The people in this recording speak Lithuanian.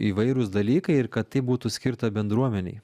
įvairūs dalykai ir kad tai būtų skirta bendruomenei